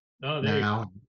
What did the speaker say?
now